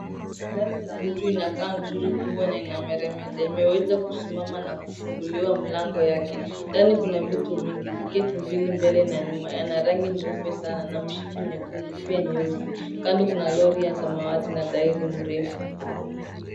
Gari inakaa nzuri kubwa na inameremeta, imeweza kusimama na kufunguliwa mlango yake. Ndani kuna vitu mingi, viketi mbili mbele na nyuma yana rangi nyeupe sana na mshipi nyekundu pia nyeusi. Kando kuna lori ya samawati na tairi mrefu.